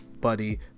buddy